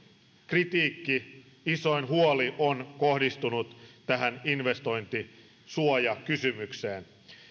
kritiikki isoin huoli on kohdistunut tähän investointisuojakysymykseen